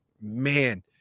man